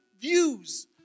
views